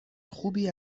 خوبی